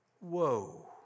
Whoa